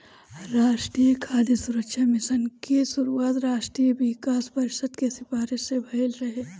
राष्ट्रीय खाद्य सुरक्षा मिशन के शुरुआत राष्ट्रीय विकास परिषद के सिफारिस से भइल रहे